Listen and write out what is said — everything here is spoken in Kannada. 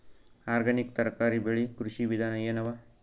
ಆರ್ಗ್ಯಾನಿಕ್ ತರಕಾರಿ ಬೆಳಿ ಕೃಷಿ ವಿಧಾನ ಎನವ?